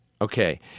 Okay